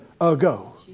ago